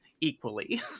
equally